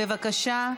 בבקשה,